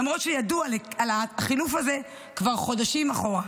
למרות שידעו על החילוף הזה כבר חודשים אחורה.